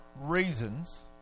reasons